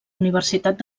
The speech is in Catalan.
universitat